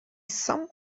sum